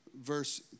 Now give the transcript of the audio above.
verse